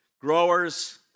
Growers